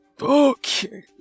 Okay